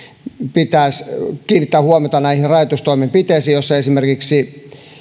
pitäisi kiinnittää huomiota näihin rajoitustoimenpiteisiin joissa esimerkiksi